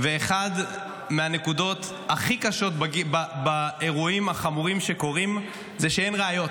ואחת מהנקודות הכי קשות באירועים החמורים שקורים זה שאין ראיות,